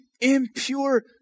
impure